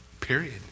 Period